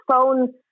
phone